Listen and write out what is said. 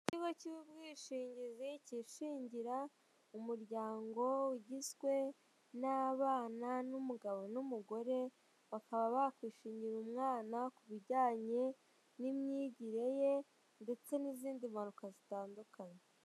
Ikigo cy'ubwishingizi cyishingira umuryango ugizwe n'abana, n'umugabo, n'umugore, bakaba bakwishingira umwana ku bijyanye n'imyigire ye, ndetse n'izindi mpanuka zitandukanye.